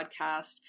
podcast